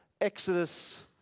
Exodus